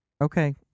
Okay